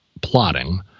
plotting